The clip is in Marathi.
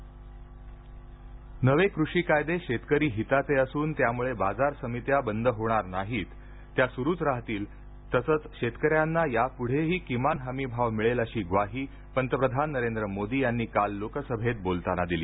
मोदी लोकसभा नवे कृषी कायदे शेतकरी हिताचे असून त्यामुळे बाजार समित्या बंद होणार नाहीत त्या सुरूच राहतील तसंच शेतकऱ्यांना यापुढेही किमान हमी भाव मिळेल अशी ग्वाही पंतप्रधान नरेंद्र मोदी यांनी काल लोकसभेत बोलताना दिली